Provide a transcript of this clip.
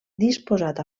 disposat